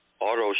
auto